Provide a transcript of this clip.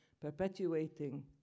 perpetuating